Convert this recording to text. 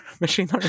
machine